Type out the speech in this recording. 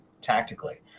tactically